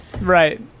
Right